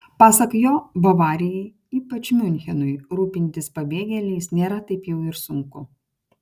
pasak jo bavarijai ypač miunchenui rūpintis pabėgėliais nėra taip jau ir sunku